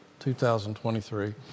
2023